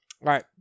right